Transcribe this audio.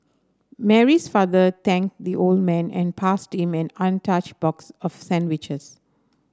Mary's father thanked the old man and passed him an untouched box of sandwiches